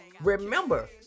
Remember